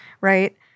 Right